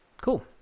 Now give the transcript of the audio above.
cool